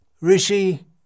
Rishi